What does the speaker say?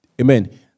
Amen